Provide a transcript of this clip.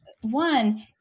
one